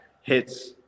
hits